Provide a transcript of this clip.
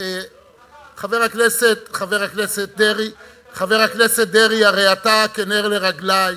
חבר הכנסת דרעי, הרי אתה כנר לרגלי.